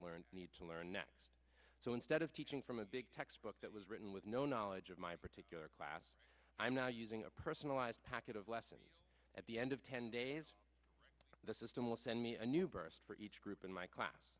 learn needs to learn next so instead of teaching from a big textbook that was written with no knowledge of my particular class i'm now using a personalized packet of lessons at the end of ten days the system will send me a new burst for each group in my class